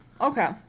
Okay